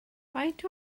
faint